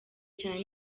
cyane